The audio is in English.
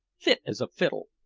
fit as a fiddle.